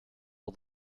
all